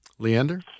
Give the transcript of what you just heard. Leander